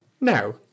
Now